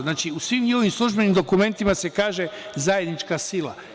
Znači, u svim njihovim službenim dokumentima se kaže „zajednička sila“